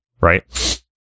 right